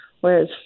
whereas